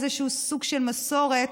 איזשהו סוג של מסורת,